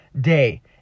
day